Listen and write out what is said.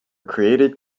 created